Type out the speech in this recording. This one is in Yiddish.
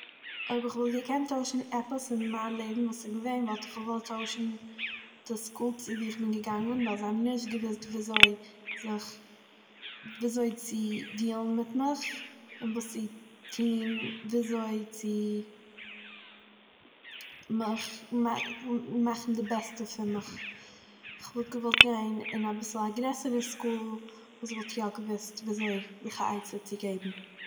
אויב איך וואלט געקענט טוישן עפעס אין מיין לעבן וואס איז געווען וואלט איך געוואלט טוישן די סקול וואו איך בין געגאנגען ווייל זיי האבן נישט געוואוסט וויאזוי זיך- וויאזוי צו דיעלן מיט מיך, און וואס צו טוהן, וויאזוי צו מאך- מאכן די בעסטע פון מיך, איך וואלט געוואלט גיין אין אביסל א גרעסערע סקול וואס וואלט יא געוואוסט וויאזוי זיך א עצה צו געבן